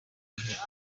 imihigo